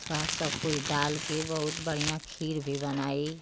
थोड़ा सब कुछ डाल कर बहुत बढ़िया खीर भी बनाई